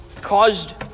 caused